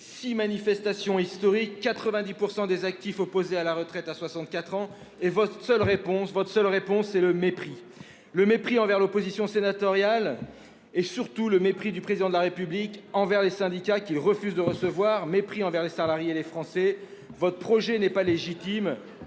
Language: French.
manifestations historiques, 90 % des actifs opposés à la retraite à 64 ans, et votre seule réponse, c'est le mépris. Mépris envers l'opposition sénatoriale, et surtout mépris du Président de la République envers les syndicats qu'il refuse de recevoir. Mépris envers les salariés et les Français. Votre projet n'est pas légitime,